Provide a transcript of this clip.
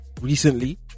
recently